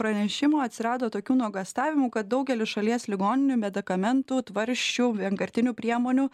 pranešimo atsirado tokių nuogąstavimų kad daugelis šalies ligoninių medikamentų tvarsčių vienkartinių priemonių